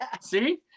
see